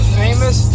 famous